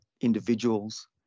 individuals